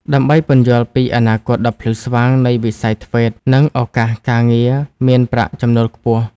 ដើម្បីពន្យល់ពីអនាគតដ៏ភ្លឺស្វាងនៃវិស័យ ធ្វេត TVET និងឱកាសការងារដែលមានប្រាក់ចំណូលខ្ពស់។